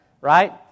right